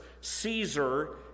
caesar